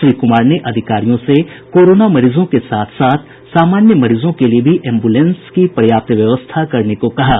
श्री कुमार ने अधिकारियों से कोरोना मरीजों के साथ साथ सामान्य मरीजों के लिए भी एम्ब्रेलेंस की पर्याप्त व्यवस्था करने को कहा है